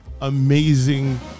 amazing